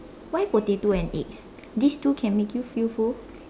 why potato and eggs this two can make you feel full